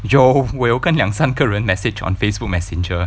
有我有跟两三个人 message on Facebook messenger